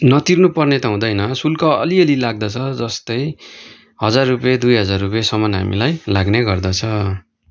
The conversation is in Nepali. नतिर्नु पर्ने त हुँदैन शुल्क अलि अलि लाग्दछ जस्तै हजार रुपियाँ दुई हजार रुपियाँसम्म हामीलाई लाग्ने गर्दछ